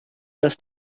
dass